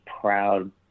proud